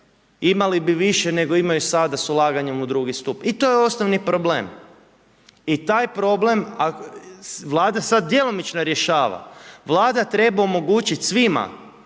imali bi više, nego imaju sada sa ulaganjem u drugi stup. I to je osnovni problem. I taj problem, vlada sada djelomično rješava. Vlada treba omogućiti svima,